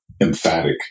emphatic